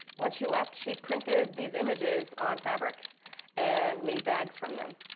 when she left, she printed these images on fabric and made bags from them.